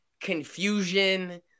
confusion